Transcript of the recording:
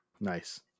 Nice